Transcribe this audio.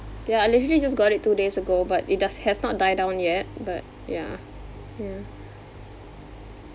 ya I literally just got it two days ago but it does has not died down yet but yeah yeah